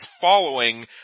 following